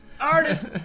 artist